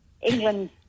England